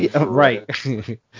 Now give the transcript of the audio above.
Right